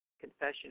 confession